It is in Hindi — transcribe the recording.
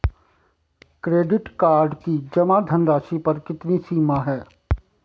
क्रेडिट कार्ड की जमा धनराशि पर कितनी सीमा है?